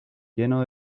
lleno